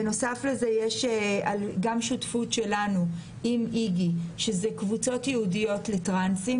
בנוסף לזה יש גם שותפות שלנו עם איגי של קבוצות ייעודיות לטרנסים